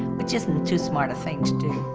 which isn't too smart a thing to do.